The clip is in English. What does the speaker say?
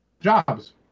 jobs